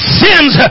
sins